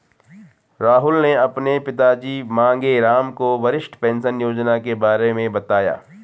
राहुल ने अपने पिताजी मांगेराम को वरिष्ठ पेंशन योजना के बारे में बताया